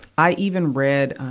i even read, um,